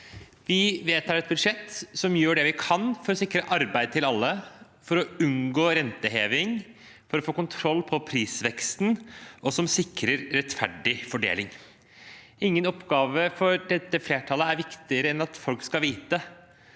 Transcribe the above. Vi vedtar et budsjett hvor vi gjør det vi kan for å sikre arbeid til alle, for å unngå renteheving, for å få kontroll på prisveksten, og som sikrer rettferdig fordeling. Ingen oppgave er viktigere for dette flertallet enn at folk skal vite